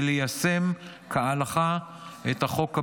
כדי ליישם כהלכה את החוק הבין-לאומי,